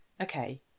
okay